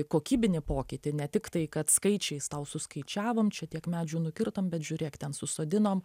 kokybinį pokytį ne tik tai kad skaičiais tau suskaičiavom čia tiek medžių nukirtom bet žiūrėk ten susodinom